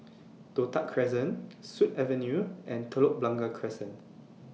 Toh Tuck Crescent Sut Avenue and Telok Blangah Crescent